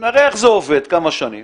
נראה איך זה עובד כמה שנים